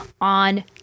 on